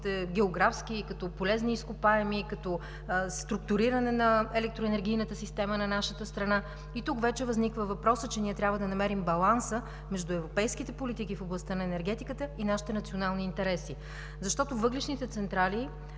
искате географски, като полезни изкопаеми, като структуриране на електроенергийната система на нашата страна. И тук вече възниква въпросът, че ние трябва да намерим баланса между европейските политики в областта на енергетиката и нашите национални интереси, защото въглищните централи